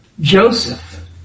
Joseph